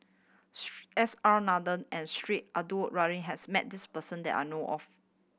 S R Nathan and Sheik Alau'ddin has met this person that I know of